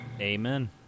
Amen